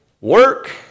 Work